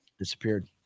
disappeared